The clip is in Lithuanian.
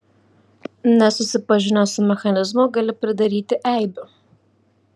nesusipažinęs su mechanizmu gali pridaryti eibių